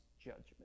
judgment